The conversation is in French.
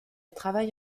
travaille